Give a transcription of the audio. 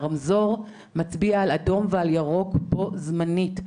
הרמזור מצביע על אדום ועל ירוק בו זמנית.